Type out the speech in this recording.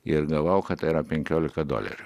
ir gavau kad tai yra penkiolika dolerių